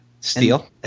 Steel